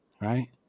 right